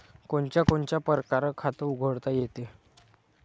कोनच्या कोनच्या परकारं खात उघडता येते?